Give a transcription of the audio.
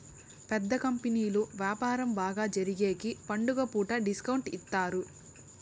పెద్ద కంపెనీలు వ్యాపారం బాగా జరిగేగికి పండుగ పూట డిస్కౌంట్ ఇత్తారు